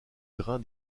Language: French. grain